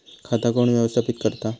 खाता कोण व्यवस्थापित करता?